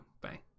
bye